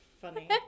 Funny